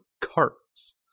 carts